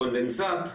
קונדנסט,